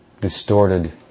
distorted